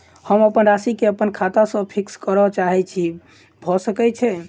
हम अप्पन राशि केँ अप्पन खाता सँ फिक्स करऽ चाहै छी भऽ सकै छै?